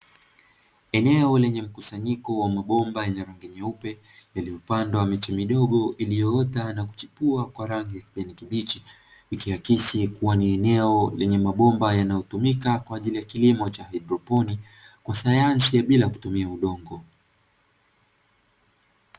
Eneo lenye mkusanyiko wa mabomba yenye rangi nyeupe yaliyopandwa miche midogo iliyoota na kuchipua kwa rangi ya kijani kibichi, ikiakisi kuwa ni eneo lenye mabomba yanayotumika kwajili ya kilimo cha haidroponi kwa sayansi ya bila kutumia udongo.